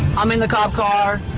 i'm in the cop car.